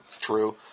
true